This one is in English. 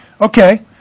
Okay